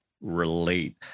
relate